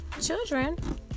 children